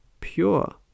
pure